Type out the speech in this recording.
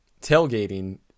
tailgating